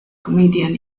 comedian